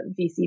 VC